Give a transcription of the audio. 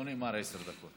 לא נאמר: עשר דקות.